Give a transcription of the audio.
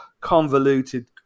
convoluted